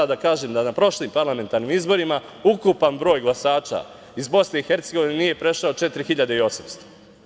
Na prošlim parlamentarnim izborima ukupan broj glasača iz BiH nije prešao 4.800.